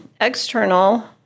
External